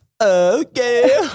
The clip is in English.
okay